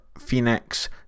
Phoenix